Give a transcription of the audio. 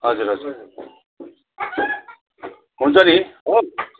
हजुर हजुर हुन्छ नि